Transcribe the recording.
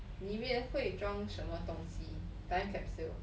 里面会装什么东西 time capsule